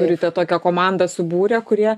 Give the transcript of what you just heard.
turite tokią komandą subūrę kurie